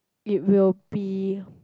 it will be